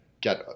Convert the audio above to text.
get